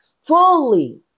fully